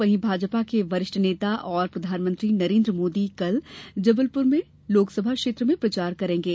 वहीं भाजपा के वरिष्ठ नेता और प्रधानमंत्री नरेन्द्र मोदी कल जबलपुर लोकसभा क्षेत्र में प्रचार करेंगे